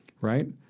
Right